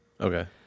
Okay